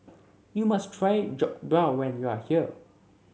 you must try Jokbal when you are here